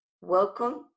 welcome